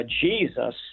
Jesus